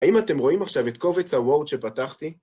האם אתם רואים עכשיו את קובץ ה-Word שפתחתי?